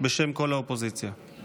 מתי אני מדבר?